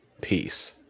peace